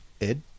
Ed